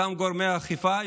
אותם גורמי אכיפה,